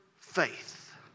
faith